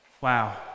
Wow